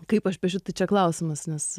kaip aš piešiu tai čia klausimas nes